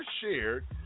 shared